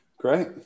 great